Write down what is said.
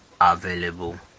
available